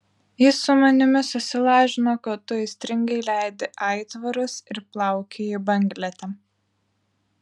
jis su manimi susilažino kad tu aistringai leidi aitvarus ir plaukioji banglente